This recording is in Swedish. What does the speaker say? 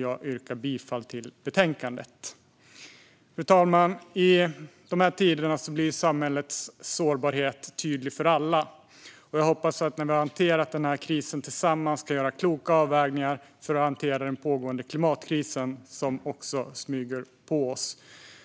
Jag yrkar bifall till utskottets förslag i betänkandet. Fru talman! I dessa tider blir samhällets sårbarhet tydlig för alla. Jag hoppas att vi när vi har hanterat denna kris tillsammans ska göra kloka avvägningar för att hantera den pågående klimatkrisen, som också smyger på oss